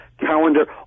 calendar